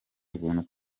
ubuntu